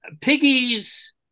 piggies